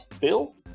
Bill